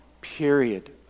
period